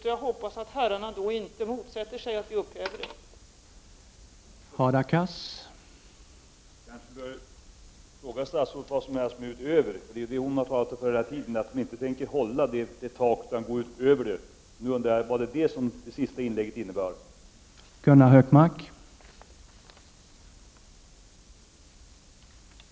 Och jag hoppas att herrarna i så fall inte motsätter sig att regeringen upphäver riksdagens beslut.